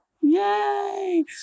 Yay